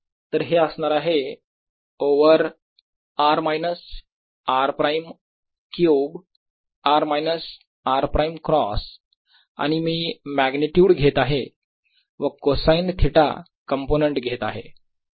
तर हे असणार आहे over r minus r prime cube r minus r prime cross आणि मी मॅग्निट्युड घेत आहे व कोसाईन थिटा कंपोनेंट घेत आहे